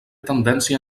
tendència